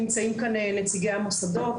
נמצאים כאן נציגי המוסדות,